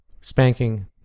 Spanking